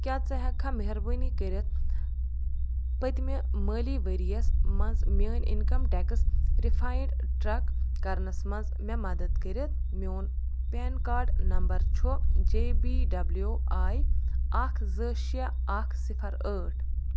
کیٛاہ ژٕ ہٮ۪ککھا مہربٲنی کٔرِتھ پٔتۍمہِ مٲلی ؤریَس منٛز میٛٲنۍ اِنکَم ٹٮ۪کٕس رِفایِنٛڈ ٹرٛک کَرنَس منٛز مےٚ مدتھ کٔرِتھ میون پین کارڈ نمبر چھُ جے بی ڈَبلیو آی اَکھ زٕ شےٚ اَکھ صِفَر ٲٹھ